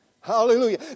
Hallelujah